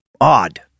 odd